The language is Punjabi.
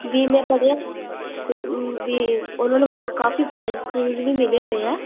ਵੀ ਮੈਂ ਪੜਿਆ ਵੀ ਉਹਨਾਂ ਨੂੰ ਕਾਫੀ ਪ੍ਰਾਈਸ ਪ੍ਰੁਈਜ਼ ਵੀ ਮਿਲੇ ਹੋਏ ਆ